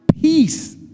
peace